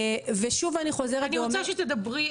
אני רוצה שתדברי,